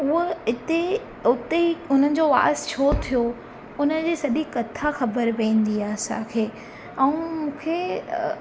उहा हिते उते हुन जो वास छो थियो हुनजी सॼी कथा ख़बर पवंदी आहे असांखे ऐं मूंखे